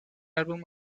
álbum